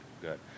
Good